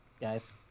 guys